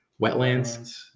Wetlands